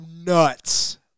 nuts